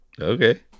Okay